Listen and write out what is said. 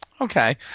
Okay